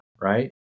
Right